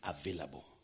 available